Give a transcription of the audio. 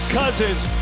cousins